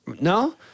No